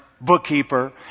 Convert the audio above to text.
bookkeeper